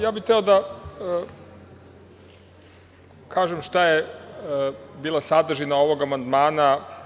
Hteo bih da kažem šta je bila sadržina ovog amandmana.